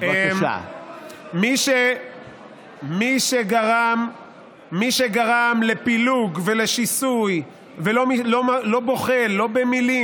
מי שגרם לפילוג ולשיסוי ולא בוחל במילים,